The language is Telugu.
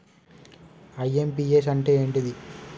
ఐ.ఎమ్.పి.యస్ అంటే ఏంటిది?